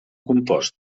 compost